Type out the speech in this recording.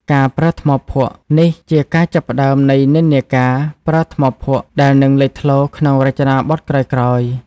នេះជាការចាប់ផ្តើមនៃនិន្នាការប្រើថ្មភក់ដែលនឹងលេចធ្លោក្នុងរចនាបថក្រោយៗ។